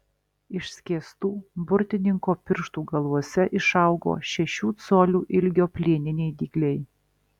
išskėstų burtininko pirštų galuose išaugo šešių colių ilgio plieniniai dygliai